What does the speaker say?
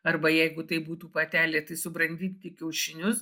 arba jeigu tai būtų patelė tai subrandinti kiaušinius